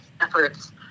efforts